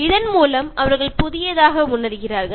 இதன் மூலம் அவர்கள் புதியதாக உணர்கிறார்கள்